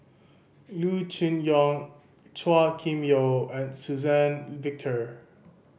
Loo Choon Yong Chua Kim Yeow and Suzann Victor